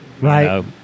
Right